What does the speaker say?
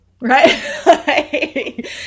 right